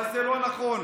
אבל זה לא נכון.